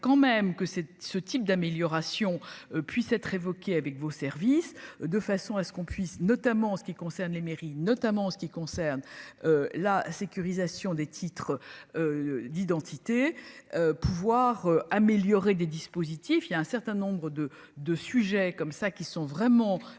quand même que c'est ce type d'amélioration puisse être avec vos services. De façon à ce qu'on puisse, notamment en ce qui concerne les mairies notamment en ce qui concerne la sécurisation des titres d'identité pouvoir améliorer des disques. Positif il y a un certain nombre de de sujets comme ça qui sont vraiment